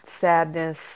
sadness